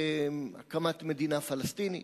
להקמת מדינה פלסטינית.